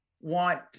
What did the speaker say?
want